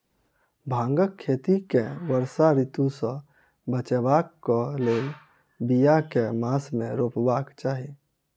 भांगक खेती केँ वर्षा ऋतु सऽ बचेबाक कऽ लेल, बिया केँ मास मे रोपबाक चाहि?